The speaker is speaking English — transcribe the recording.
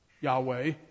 Yahweh